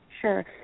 Sure